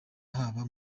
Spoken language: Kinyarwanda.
haba